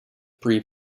pre